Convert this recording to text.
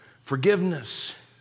forgiveness